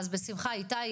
אז בשמחה איתי,